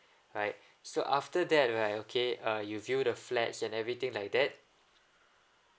right so after that right okay uh you view the flat and everything like that